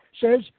says